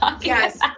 yes